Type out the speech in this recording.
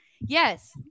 Yes